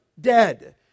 dead